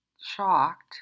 shocked